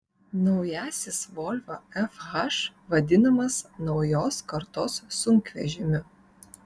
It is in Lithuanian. naujasis volvo fh vadinamas naujos kartos sunkvežimiu